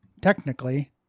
technically